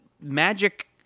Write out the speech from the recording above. magic